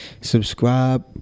subscribe